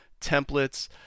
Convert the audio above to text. templates